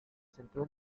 centró